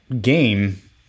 game